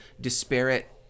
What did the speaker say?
disparate